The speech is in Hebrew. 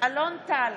אלון טל,